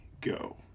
go